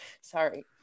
Sorry